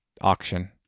auction